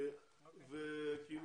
אוקיי.